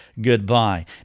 goodbye